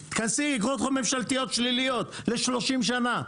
כנסי, איגרות חוב ממשלתיות שליליות, ל-30 שנה.